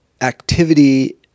activity